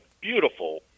beautiful